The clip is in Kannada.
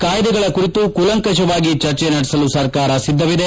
ಕಾಯ್ದೆಗಳ ಕುರಿತು ಕೂಲಂಕುಪವಾಗಿ ಚರ್ಚೆ ನಡೆಸಲು ಸರ್ಕಾರ ಿದ್ದವಿದೆ